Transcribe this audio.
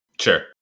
Sure